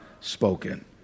spoken